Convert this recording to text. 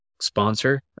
sponsor